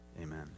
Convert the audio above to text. Amen